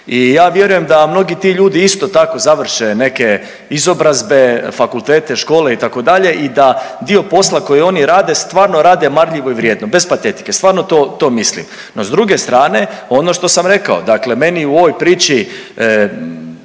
I ja vjerujem da mnogi ti ljudi isto tako završe neke izobrazbe, fakultete, škole itd. i da dio posla koji oni rade stvarno rade marljivo i vrijedno, bez patetike, stvarno to, to mislim. No, s druge strane ono što sam rekao, dakle meni u ovoj priči